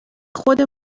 خود